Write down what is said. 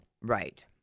Right